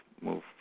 move